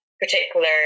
particular